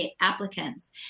applicants